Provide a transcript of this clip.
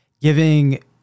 giving